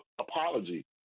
apology